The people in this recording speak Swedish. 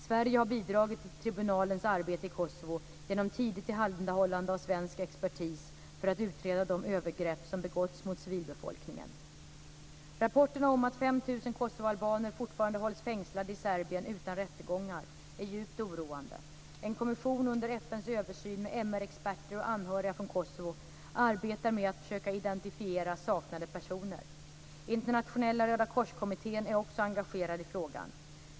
Sverige har bidragit till tribunalens arbete i Kosovo genom tidigt tillhandahållande av svensk expertis för att utreda de övergrepp som begåtts mot civilbefolkningen. Rapporterna om att 5 000 kosovoalbaner fortfarande hålls fängslade i Serbien utan rättegångar är djupt oroande. En kommission under FN:s översyn med MR-experter och anhöriga från Kosovo arbetar med att försöka identifiera saknade personer. Internationella rödakorskommittén är också engagerad i frågan.